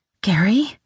Gary